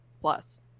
Plus